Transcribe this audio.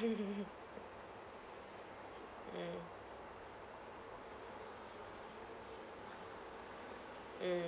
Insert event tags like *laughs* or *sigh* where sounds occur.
mm *laughs* mm